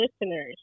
listeners